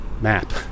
map